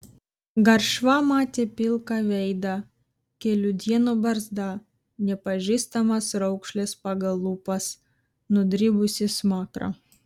garšva matė pilką veidą kelių dienų barzdą nepažįstamas raukšles pagal lūpas nudribusį smakrą